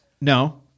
No